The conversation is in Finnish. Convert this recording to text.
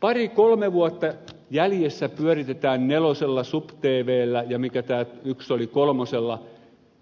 pari kolme vuotta jäljessä pyöritetään nelosella subtvllä ja mikä tämä yksi oli kolmosella